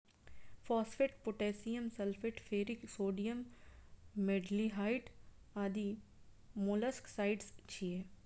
phosphate, potassium sulphate, ferric sodium, metaldehyde आदि molluscicides छियै